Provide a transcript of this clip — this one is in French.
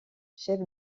chef